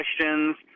questions